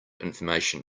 information